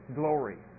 glory